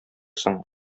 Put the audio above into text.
соң